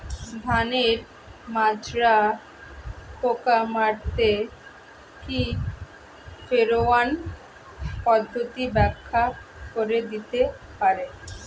ধানের মাজরা পোকা মারতে কি ফেরোয়ান পদ্ধতি ব্যাখ্যা করে দিতে পারে?